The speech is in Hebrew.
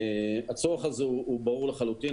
הצורך הזה הוא ברור לחלוטין.